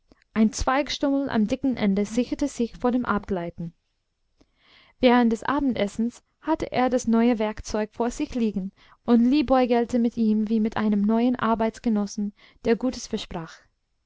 ein zweigstummel am dicken ende sicherte sie vor dem abgleiten während des abendessens hatte er das neue werkzeug vor sich liegen und liebäugelte mit ihm wie mit einem neuen arbeitsgenossen der gutes versprach